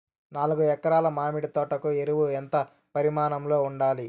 నాలుగు ఎకరా ల మామిడి తోట కు ఎరువులు ఎంత పరిమాణం లో ఉండాలి?